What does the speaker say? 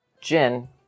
Jin